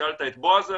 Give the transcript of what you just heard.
ושאלת את בעז עליה.